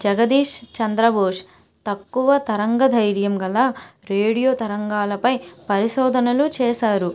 జగదీష్ చంద్రబోస్ తక్కువ తరంగ ధైర్యం గల రేడియో తరంగాలపై పరిశోధనలు చేశారు